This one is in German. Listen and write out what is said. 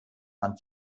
man